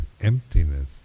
emptiness